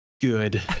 good